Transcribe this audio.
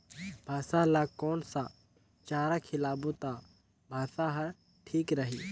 भैसा ला कोन सा चारा खिलाबो ता भैंसा हर ठीक रही?